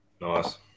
Nice